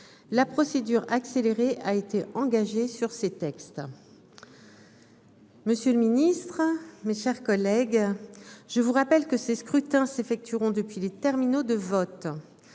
La procédure accélérée a été engagée sur ces textes. Mes chers collègues, je vous rappelle que ces scrutins s'effectueront depuis les terminaux de vote.